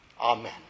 Amen